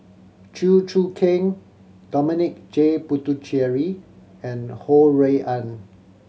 Chew Choo Keng Dominic J Puthucheary and Ho Rui An